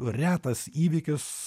retas įvykis